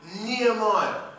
Nehemiah